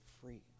free